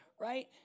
Right